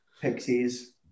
Pixies